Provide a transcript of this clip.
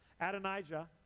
Adonijah